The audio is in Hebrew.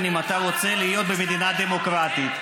אם אתה רוצה להיות במדינה דמוקרטית.